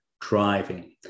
driving